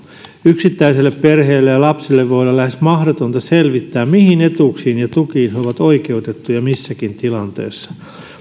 yksittäiselle perheelle ja lapselle voi olla lähes mahdotonta selvittää mihin etuuksiin ja tukiin he ovat oikeutettuja missäkin tilanteessa